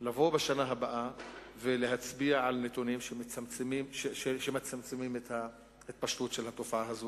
לבוא בשנה הבאה ולהצביע על נתונים של צמצום ההתפשטות של התופעה הזו.